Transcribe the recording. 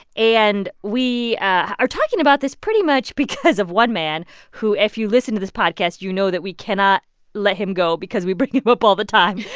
and we are talking about this pretty much because of one man who if you listen to this podcast, you know that we cannot let him go because we bring him up all the time.